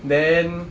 then